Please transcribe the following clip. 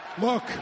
Look